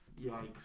Yikes